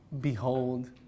Behold